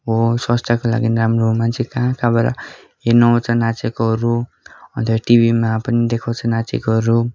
हो स्वास्थ्यको लागि राम्रो हो मान्छेहरू कहाँ कहाँबाट हेर्नु आउँछ नाचेकोहरू अन्त टिभीमा पनि देखाउँछ नाचेकोहरू